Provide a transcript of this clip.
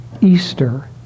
Easter